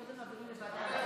קודם מעבירים לוועדה,